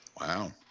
Wow